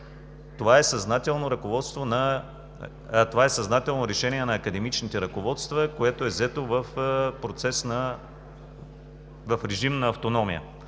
Това е съзнателно решение на академичните ръководства, което е взето в процес, в режим на автономия.